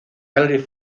gallery